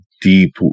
deep